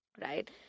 right